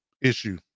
issue